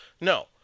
No